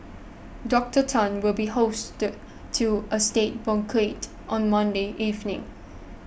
Doctor Tan will be hosted to a state banquet on Monday evening